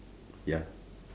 ya